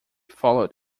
followed